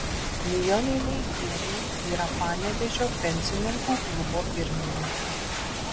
nijolė leigienė yra panevėžio pensininkų klubo pirmininkė